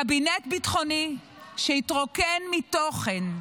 קבינט ביטחוני שהתרוקן מתוכן.